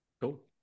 cool